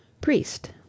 Priest